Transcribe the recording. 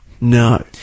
No